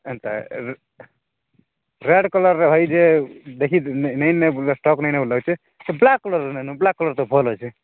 ଏନ୍ତା ଏର୍ ରେଡ଼୍ କଲର୍ର ଭାଇ ଯେ ଦେଖି ନାଇଁ ନାଇଁ ବ୍ଲୁ ଷ୍ଟକ୍ ନାଇଁ ବୋଲି ଲାଗୁଛି ବ୍ଲାକ୍ କଲର୍ ନାଇଁନ ବ୍ଲାକ୍ କଲର୍ ତ ଭଲ୍ ଅଛି